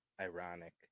ironic